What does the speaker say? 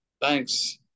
thanks